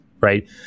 right